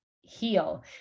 heal